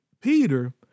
Peter